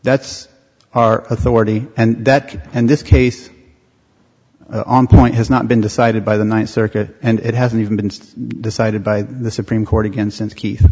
that's our authority and that and this case on point has not been decided by the ninth circuit and it hasn't even been decided by the supreme court again